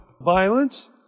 violence